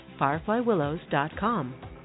FireflyWillows.com